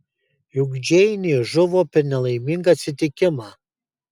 juk džeinė žuvo per nelaimingą atsitikimą